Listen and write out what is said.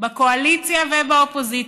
בקואליציה ובאופוזיציה.